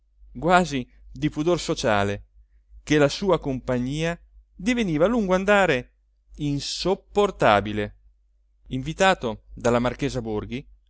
quasi di pudor sociale che la sua compagnia diveniva a lungo andare insopportabile invitato dalla marchesa borghi